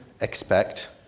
expect